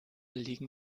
liegen